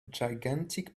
gigantic